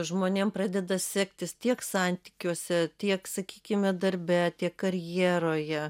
žmonėm pradeda sektis tiek santykiuose tiek sakykime darbe tiek karjeroje